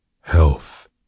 health